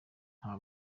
nta